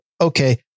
okay